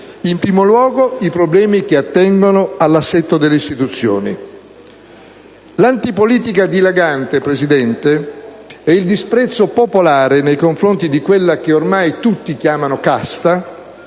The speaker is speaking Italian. In primo luogo, i problemi che attengono all'assetto delle istituzioni. L'antipolitica dilagante, il disprezzo popolare nei confronti di quella che ormai tutti chiamano «casta»,